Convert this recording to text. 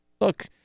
Look